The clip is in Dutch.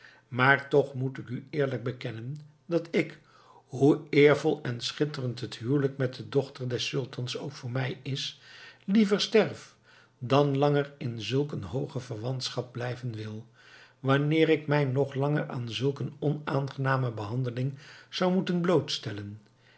maar toch moet ik u eerlijk bekennen dat ik hoe eervol en schitterend het huwelijk met de dochter des sultans ook voor mij is liever sterf dan langer in zulk een hooge verwantschap blijven wil wanneer ik mij nog langer aan zulk een onaangename behandeling zou moeten